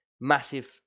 massive